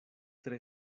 tre